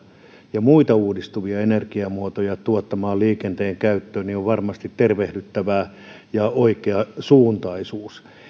ja muita uudistuvia energiamuotoja tuottamaan liikenteen käyttöön niin se on varmasti tervehdyttävää ja oikeasuuntaista